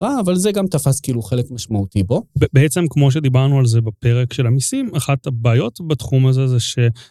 אה, אבל זה גם תפס כאילו חלק משמעותי בו. בעצם כמו שדיברנו על זה בפרק של המיסים, אחת הבעיות בתחום הזה זה ש...